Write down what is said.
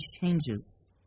changes